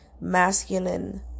masculine